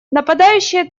нападающие